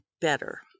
better